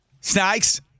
Snakes